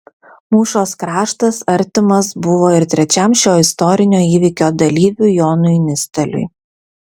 mūšos kraštas artimas buvo ir trečiam šio istorinio įvykio dalyviui jonui nisteliui